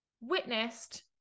witnessed